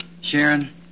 Sharon